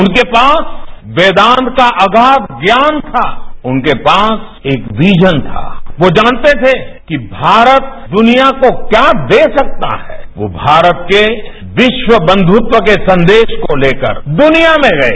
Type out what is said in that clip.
उनके पास वेदांत का अगाय ज्ञान था उनके पास एक विजन था वो जानते थे कि भारत दुनिया को क्या दे सकता है वो भारत के विश्व ब्युत्त के संदेश को लेकर दुनिया में गए